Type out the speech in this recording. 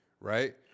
right